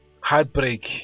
heartbreak